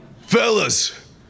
Fellas